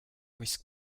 risk